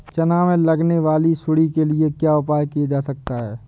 चना में लगने वाली सुंडी के लिए क्या उपाय किया जा सकता है?